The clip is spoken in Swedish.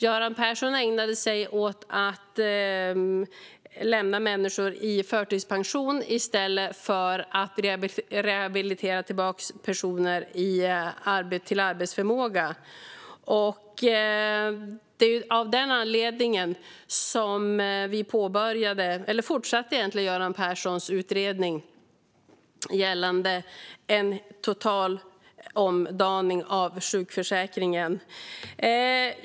Göran Persson ägnade sig åt att lämna människor i förtidspension i stället för att se till att de rehabiliterades tillbaka till arbetsförmåga. Av denna anledning fortsatte vi med Göran Perssons utredning gällande en total omdaning av sjukförsäkringen.